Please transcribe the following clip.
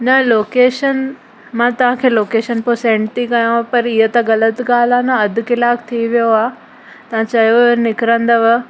न लोकेशन मां तव्हांखे लोकेशन पोइ सेंड थी कयांव पर इहा त ग़लति ॻाल्हि आहे न अधु कलाकु थी वियो आहे तव्हां चयो हो निकिरंदव